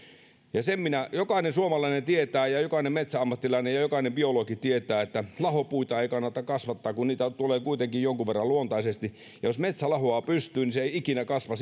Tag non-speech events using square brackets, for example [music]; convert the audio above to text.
ja sen jokainen suomalainen jokainen metsäammattilainen ja jokainen biologi tietää että lahopuita ei kannata kasvattaa kun niitä tulee kuitenkin jonkun verran luontaisesti ja jos metsä lahoaa pystyyn niin se ei ikinä kasva [unintelligible]